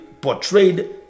portrayed